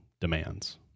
demands